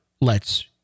lets